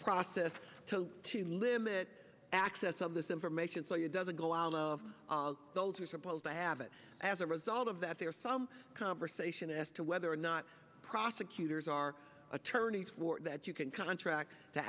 process to to limit access of this information so you doesn't go out of those who are supposed to have it as a result of that there some conversation as to whether or not prosecutors are attorneys for that you can contract to